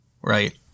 right